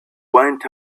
went